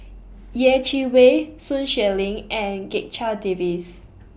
Yeh Chi Wei Sun Xueling and Checha Davies